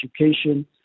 education